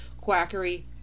quackery